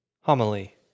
Homily